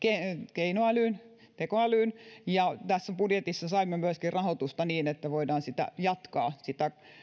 keinoälyyn tekoälyyn ja tässä budjetissa saimme myöskin rahoitusta niin että voidaan jatkaa sitä